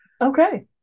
Okay